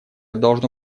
должно